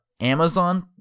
Amazon